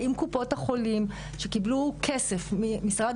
אם קופות החולים שקיבלו כסף ממשרד